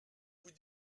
vous